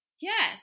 Yes